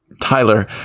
Tyler